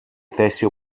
θέση